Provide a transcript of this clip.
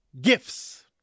gifts